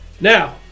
now